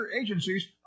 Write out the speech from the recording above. agencies